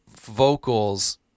vocals